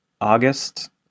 August